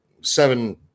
seven